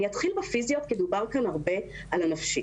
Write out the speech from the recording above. אתחיל בפיזיות כי דובר הרבה על הפן הנפשי